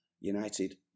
United